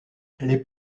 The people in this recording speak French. les